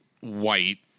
white